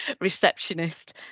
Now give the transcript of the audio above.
receptionist